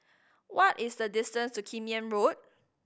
what is the distance to Kim Yam Road